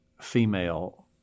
female